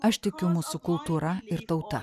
aš tikiu mūsų kultūra ir tauta